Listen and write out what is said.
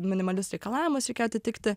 minimalius reikalavimus reikėjo atitikti